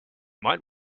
might